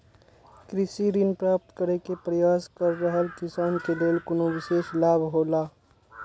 कृषि ऋण प्राप्त करे के प्रयास कर रहल किसान के लेल कुनु विशेष लाभ हौला?